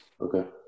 Okay